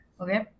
Okay